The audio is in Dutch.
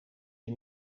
die